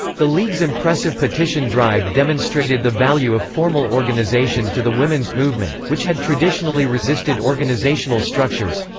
the league's impressive petition drive demonstrated the value of formal organization to the women's movement, which had traditionally resisted organizational structures,